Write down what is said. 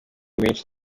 menshi